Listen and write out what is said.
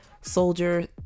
soldier